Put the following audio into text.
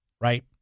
right